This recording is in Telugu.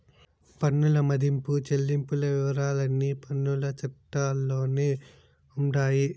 పన్నుల మదింపు చెల్లింపుల వివరాలన్నీ పన్నుల చట్టాల్లోనే ఉండాయి